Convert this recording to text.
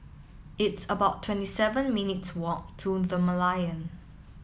it's about twenty seven minutes' walk to The Merlion